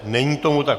Není tomu tak.